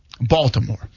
Baltimore